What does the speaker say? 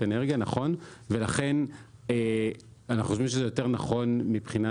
ולכן אנחנו חושבים שיותר נכון מבחינה